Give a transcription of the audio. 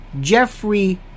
Jeffrey